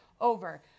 over